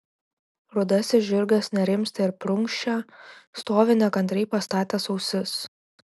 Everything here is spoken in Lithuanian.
rudasis žirgas nerimsta ir prunkščia stovi nekantriai pastatęs ausis